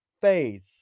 faith